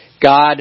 God